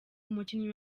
umukinnyi